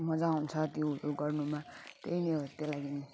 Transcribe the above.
मजा आउँछ त्यो गर्नुमा त्यही नै हो त्यही लागि